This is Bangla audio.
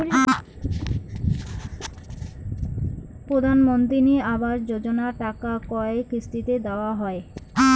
প্রধানমন্ত্রী আবাস যোজনার টাকা কয় কিস্তিতে দেওয়া হয়?